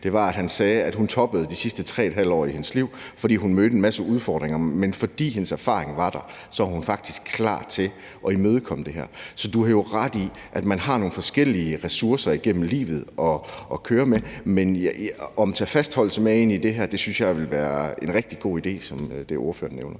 i går, sagde, at hun toppede de sidste 3½ år i sit arbejdsliv, hvor hun mødte en masse udfordringer, men fordi hun havde erfaring, var hun faktisk klar til at imødekomme dem. Så du har jo ret i, at man har nogle forskellige ressourcer at køre med igennem livet. I forhold til om vi skal tage fastholdelse med ind i det her, synes jeg, det, som ordføreren nævner,